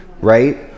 right